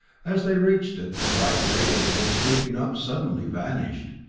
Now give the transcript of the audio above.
as they reached it, the white ray that had been sweeping up suddenly vanished,